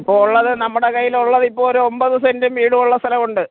ഇപ്പോൾ ഉള്ളത് നമ്മുടെ കയ്യിലുള്ളത് ഇപ്പോൾ ഒരു ഒമ്പത് സെൻറ്റും വീടും ഉള്ള സ്ഥലം ഉണ്ട്